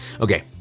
Okay